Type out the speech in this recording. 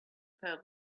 fell